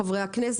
חברי הכנסת,